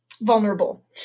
vulnerable